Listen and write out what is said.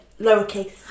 lowercase